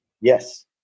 Yes